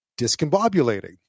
discombobulating